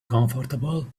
comfortable